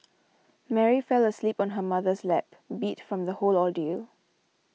Mary fell asleep on her mother's lap beat from the whole ordeal